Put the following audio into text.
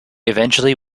eventually